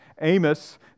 Amos